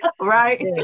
Right